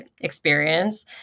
experience